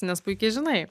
nes puikiai žinai